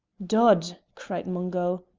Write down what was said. dod! cried mungo,